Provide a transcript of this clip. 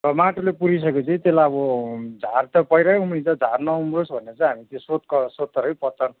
र माटोले पुरिसक्यो पछि त्यसलाई अब झार त पहिलै उम्रिन्छ झार नउम्रोस् भनेर चाहिँ हामी त्यो सोत्तर सोत्तर है पत्कर